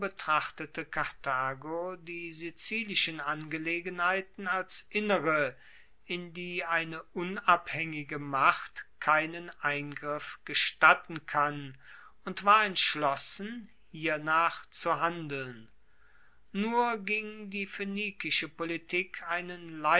die sizilischen angelegenheiten als innere in die eine unabhaengige macht keinen eingriff gestatten kann und war entschlossen hiernach zu handeln nur ging die phoenikische politik einen